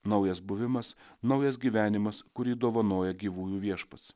naujas buvimas naujas gyvenimas kurį dovanoja gyvųjų viešpats